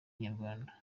inyarwanda